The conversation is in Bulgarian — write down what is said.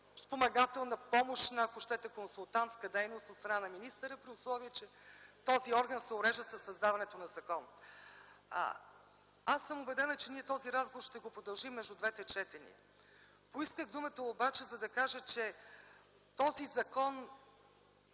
спомагателна, помощна, ако щете, консултантска дейност от страна на министъра, при условие че този орган се урежда със създаването на закон. Убедена съм, че този разговор ще го продължим между двете четения. Поисках думата обаче, за да кажа - не смятам,